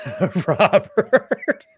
Robert